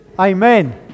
Amen